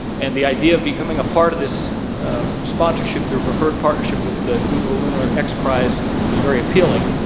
and the idea of becoming a part of this sponsorship through preferred partnership with the google lunar x prize was very appealing,